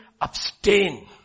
abstain